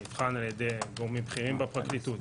נבחן על-ידי גורמים בכירים בפרקליטות,